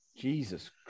Jesus